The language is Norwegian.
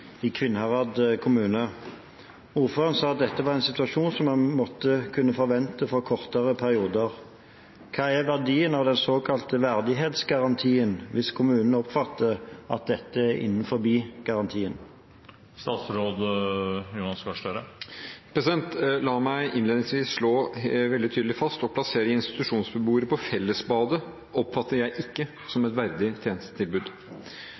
i Kvinnherad kommune. Ordføreren sa at dette var en situasjon som en måtte kunne forvente for kortere perioder. Hva er verdien av den såkalte verdighetsgarantien hvis kommunene oppfatter at dette er innenfor garantien?» La meg innledningsvis slå veldig tydelig fast: Det å plassere institusjonsbeboere på fellesbadet oppfatter jeg ikke som et verdig tjenestetilbud.